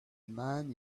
man